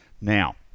Now